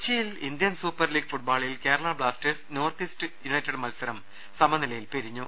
കൊച്ചിയിൽ Indian super league ഫുട്ബോളിൽ Kerala blasters north east united മത്സരം സമനിലയിൽ പിരിഞ്ഞു